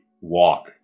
walk